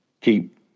keep